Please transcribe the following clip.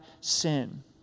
sin